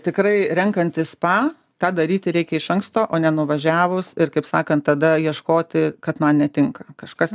tikrai renkantis spa tą daryti reikia iš anksto o ne nuvažiavus ir kaip sakant tada ieškoti kad man netinka kažkas